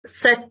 Set